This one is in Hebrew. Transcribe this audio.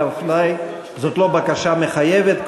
אבל זאת לא בקשה מחייבת,